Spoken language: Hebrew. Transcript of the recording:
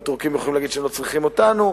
והטורקים יוכלו להגיד שהם לא צריכים אותנו.